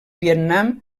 vietnam